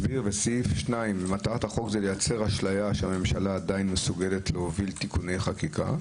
2. מטרת החוק לייצר אשליה שהממשלה עדיין מסוגלת להעביר תיקוני חקיקה.